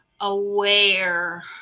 aware